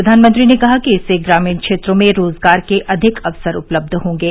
प्रधानमंत्री ने कहा कि इससे ग्रामीण क्षेत्रों में रोजगार के अधिक अवसर उपलब्ध होंगे